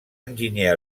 enginyer